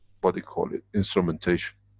but call it, instrumentation.